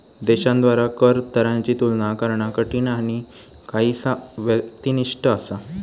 देशांद्वारा कर दरांची तुलना करणा कठीण आणि काहीसा व्यक्तिनिष्ठ असा